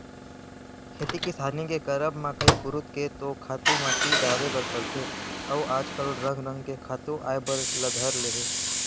खेती किसानी के करब म कई पुरूत के तो खातू माटी डारे बर परथे अउ आज काल रंग रंग के खातू आय बर धर ले हे